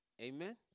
Amen